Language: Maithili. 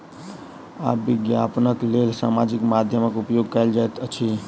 आब विज्ञापनक लेल सामाजिक माध्यमक उपयोग कयल जाइत अछि